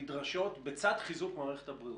נדרשות בצד חיזוק מערכת הבריאות,